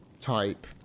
type